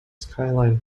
skyline